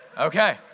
Okay